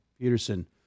Peterson